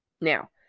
Now